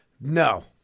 No